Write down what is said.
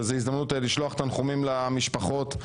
וזו הזדמנות לשלוח תנחומים למשפחות.